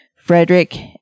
Frederick